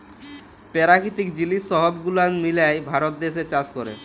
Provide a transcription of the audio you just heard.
পেরাকিতিক জিলিস সহব গুলান মিলায় ভারত দ্যাশে চাষ ক্যরে